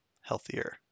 healthier